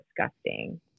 disgusting